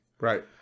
Right